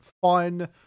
fun